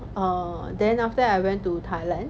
err then after that I went to thailand